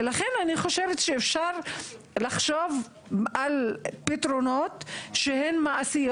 ולכן אני חושבת שאפשר לחשוב על פתרונות שהם מעשיים